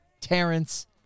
Terrence